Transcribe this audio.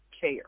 care